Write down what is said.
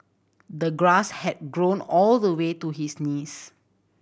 the grass had grown all the way to his knees